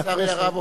לצערי הרב,